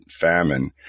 famine